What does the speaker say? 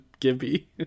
Gibby